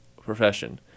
profession